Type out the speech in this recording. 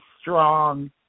strong